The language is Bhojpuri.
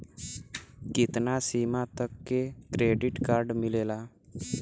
कितना सीमा तक के क्रेडिट कार्ड मिलेला?